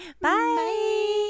bye